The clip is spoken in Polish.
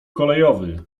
kolejowy